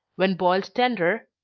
when boiled tender,